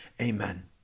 Amen